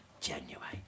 genuine